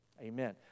amen